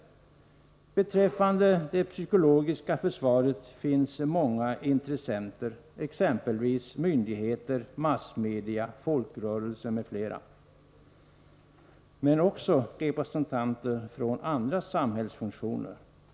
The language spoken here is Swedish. Beträffande det psykologiska försvaret finns det många intressenter, exempelvis myndigheter, massmedia och folkrörelser men också represen tanter från andra samhällsfunktioner.